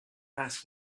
ask